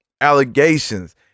allegations